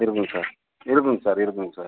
இருக்குங்க சார் இருக்குங்க சார் இருக்குங்க சார்